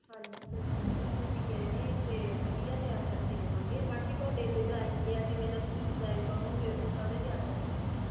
ਹਾਂਜੀ ਠੀਕ ਐ ਜੀ ਅਸੀਂ ਗਹਿਣੇ ਤੇ ਵਧੀਆ ਤਿਆਰ ਕਰਕੇ ਦੇਵਾਂਗੇ ਬਾਕੀ ਥੋਡੇ ਡਿਜ਼ਾਈਨ ਤੇ ਐ ਜਿਵੇਂ ਦਾ ਤੁਸੀਂ ਡਿਜ਼ਾਈਨ ਕਵੋਂਗੇ ਓਦਾਂ ਦਾ ਈ ਤਿਆਰ ਕਰਾਂਗੇ